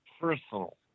personal